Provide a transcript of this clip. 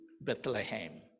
Bethlehem